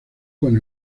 con